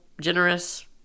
generous